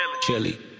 chili